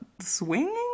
swinging